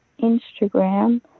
Instagram